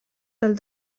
del